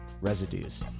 Residues